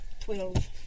Twelve